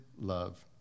love